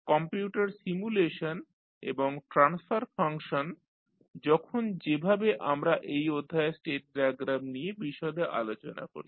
computer simulation এবং transfer function যখন যেভাবে আমরা এই অধ্যায়ে স্টেট ডায়াগ্রাম নিয়ে বিশদে আলোচনা করি